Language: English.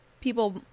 People